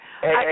Hey